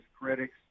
critics